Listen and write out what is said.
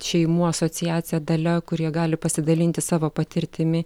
šeimų asociaciją dalia kurie jie gali pasidalinti savo patirtimi